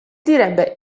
direbbe